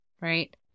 right